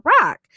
rock